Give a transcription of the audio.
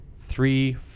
three